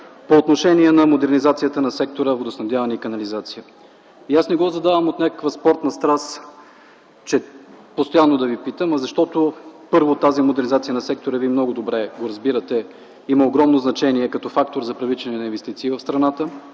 по отношение на модернизацията на сектор „Водоснабдяване и канализация”. Аз не го задавам от някаква спортна страст постоянно да Ви питам, а защото, първо, тази модернизация на сектора – вие много добре го разбирате, има огромно значение като фактор за привличане на инвестиции в страната,